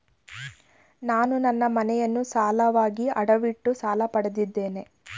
ನಾನು ನನ್ನ ಮನೆಯನ್ನು ಸಾಲವಾಗಿ ಅಡವಿಟ್ಟು ಸಾಲ ಪಡೆದಿದ್ದೇನೆ